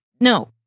No